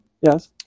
yes